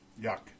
yuck